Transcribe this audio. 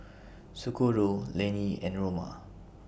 Socorro Lannie and Roma